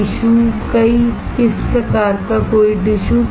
tissue किस प्रकार का कोई टिशू